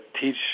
teach